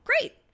great